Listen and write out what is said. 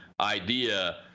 idea